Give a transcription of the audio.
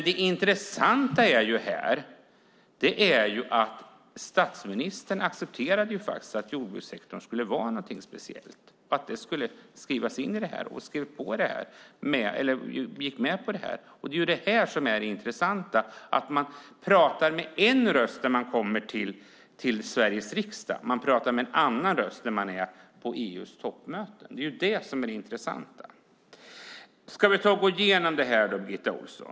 Det intressanta är dock att statsministern gick med på att jordbrukssektorn skulle vara något speciellt och skrivas in i detta. Man talar alltså med en röst i Sveriges riksdag och med en annan på EU:s toppmöten, vilket är intressant. Låt oss gå igenom detta, Birgitta Ohlsson.